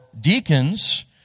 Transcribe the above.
deacons